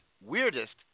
weirdest